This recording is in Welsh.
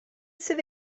sydd